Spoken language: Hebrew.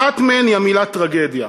אחת מהן היא המילה טרגדיה.